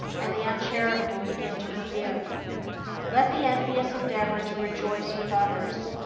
and the uncharitable begin to forgive let the envious endeavor to rejoice with others,